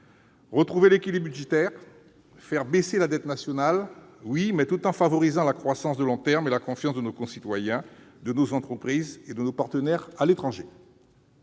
Retrouver l'équilibre budgétaire et faire baisser la dette nationale, oui, mais tout en favorisant la croissance de long terne et la confiance de nos concitoyens, de nos entreprises et de nos partenaires à l'étranger.